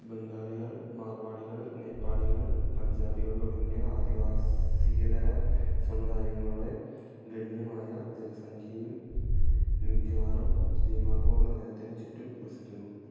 ബംഗാളികൾ മാർവാഡികൾ നേപ്പാളികൾ പഞ്ചാബികൾ തുടങ്ങിയ ആദിവാസിയിതര സമുദായങ്ങളുടെ ഗണ്യമായ ജനസംഖ്യയും മിക്കവാറും ദിമാപൂർ നഗരത്തിന് ചുറ്റും വസിക്കുന്നു